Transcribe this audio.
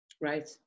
Right